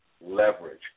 leverage